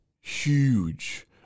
huge